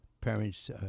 parents